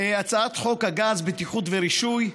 הצעת חוק הגז (בטיחות ורישוי)